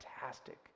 fantastic